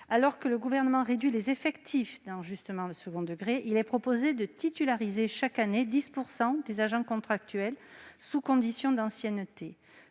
Alors que le Gouvernement réduit les effectifs dans le second degré, il est proposé de titulariser chaque année 10 % des agents contractuels, sous condition d'ancienneté.